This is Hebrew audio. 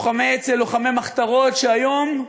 לוחמי אצ"ל, לוחמי מחתרות, שהיום,